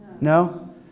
No